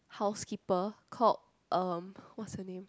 housekeeper called um what's her name